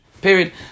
Period